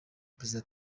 perezida